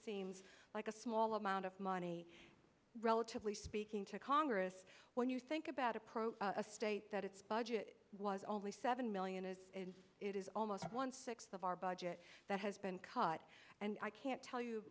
seems like a small amount of money relatively speaking to congress when you think about approach a state that its budget was only seven million and it is almost one sixth of our budget that has been cut and i can't tell you